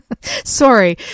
Sorry